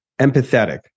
Empathetic